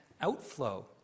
outflow